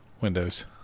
windows